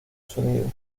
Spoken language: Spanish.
sonido